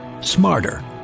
smarter